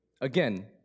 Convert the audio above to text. again